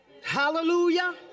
Hallelujah